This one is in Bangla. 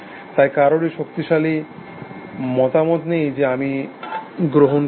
তাই কারোরই শক্তিশালী মতামত নেই যা আমি গ্রহণ করব